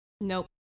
Nope